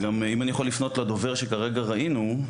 ואם אני יכול לפנות לדובר שכרגע ראינו,